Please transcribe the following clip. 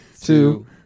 two